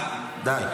די.